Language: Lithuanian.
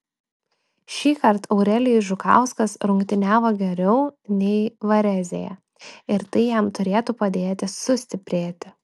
šįkart eurelijus žukauskas rungtyniavo geriau nei varezėje ir tai jam turėtų padėti sustiprėti